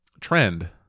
trend